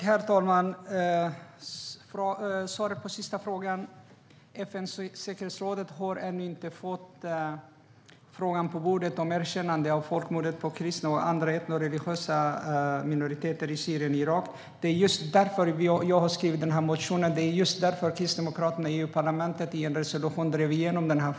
Herr talman! Svaret på den sista frågan är att FN:s säkerhetsråd ännu inte har fått frågan om erkännande av folkmordet på kristna och andra etnoreligiösa minoriteter i Syrien och Irak på sitt bord. Det är just därför jag har skrivit denna motion, och det var därför Kristdemokraterna drev igenom den här frågan i en resolution i EU-parlamentet.